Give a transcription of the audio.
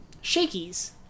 Shakey's